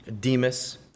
Demas